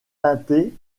teinté